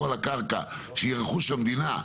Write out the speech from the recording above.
על הקרקע נכון שהיא תהיה רכוש מדינה?